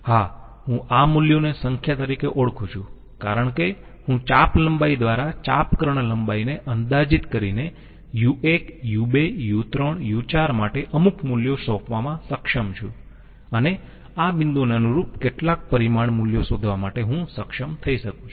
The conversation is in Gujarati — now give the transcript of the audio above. હા હું આ મૂલ્યોને સંખ્યા તરીકે ઓળખું છું કારણ કે હું ચાપ લંબાઈ દ્વારા ચાપકર્ણ લંબાઈને અંદાજિત કરીને u1 u2 u3 u4 માટે અમુક મૂલ્યો સોંપવામાં સક્ષમ છું અને આ બિંદુઓને અનુરૂપ કેટલાક પરિમાણ મૂલ્યો શોધવા માટે હું સક્ષમ થઈ શકું છું